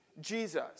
Jesus